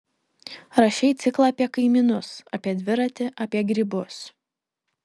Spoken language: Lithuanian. rašei ciklą apie kaimynus apie dviratį apie grybus